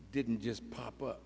didn't just pop up